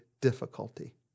difficulty